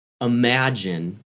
imagine